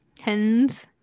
Hens